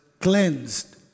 cleansed